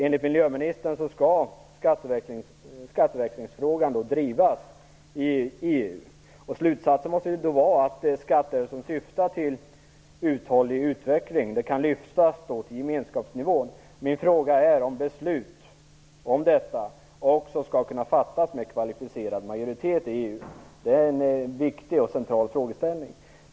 Enligt miljöministern skall frågan om skatteväxling drivas i EU. Slutsatsen måste vara att skatten skall syfta till uthållig utveckling. Det kan lyftas till gemenskapsnivå. Min fråga är om beslut om detta också skall kunna fattas med kvalificerad majoritet i EU. Det är en viktig och central frågeställning.